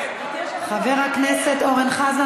חבר הכנסת אורן חזן,